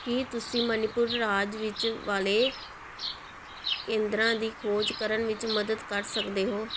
ਕੀ ਤੁਸੀਂ ਮਣੀਪੁਰ ਰਾਜ ਵਿੱਚ ਵਾਲੇ ਕੇਂਦਰਾਂ ਦੀ ਖੋਜ ਕਰਨ ਵਿੱਚ ਮਦਦ ਕਰ ਸਕਦੇ ਹੋ